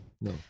no